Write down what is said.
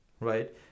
right